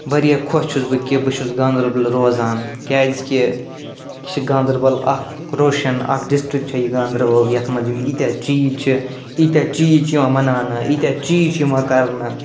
واریاہ خۄش چھُس بہٕ کہِ بہٕ چھُس گانٛدَربَل روزان کیٛازِ کہِ یہِ چھِ گانٛدَربَل اَکھ روشَن اَکھ ڈِسٹرک چھِ یہِ گانٛدَربَل یَتھ منٛز یِم ییٖتیاہ چیٖز چھِ ییٖتیاہ چیٖز چھِ یِوان مناونہٕ ییٖتیاہ چیٖز چھِ یِوان کَرنہٕ